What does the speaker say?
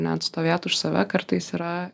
neatstovėt už save kartais yra